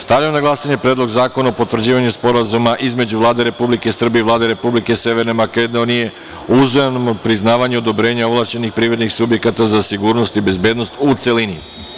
Stavljam na glasanje Predlog zakona o potvrđivanju Sporazuma između Vlade Republike Srbije i Vlade Republike Severne Makedonije o uzajamnom priznavanju odobrenja ovlašćenih privrednih subjekata za sigurnost i bezbednost (AEOS), u celini.